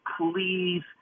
please